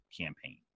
campaign